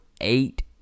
eight